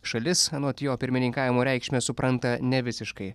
šalis anot jo pirmininkavimo reikšmę supranta ne visiškai